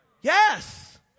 Yes